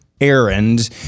errand